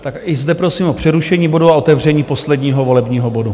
Tak i zde prosím o přerušení bodu a otevření posledního volebního bodu.